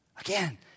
again